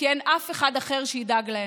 כי אין אף אחד אחר שידאג להם.